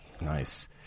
nice